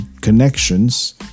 connections